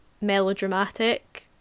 melodramatic